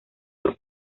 por